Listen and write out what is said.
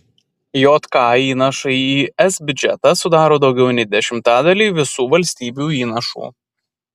jk įnašai į es biudžetą sudaro daugiau nei dešimtadalį visų valstybių įnašų